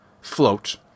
Float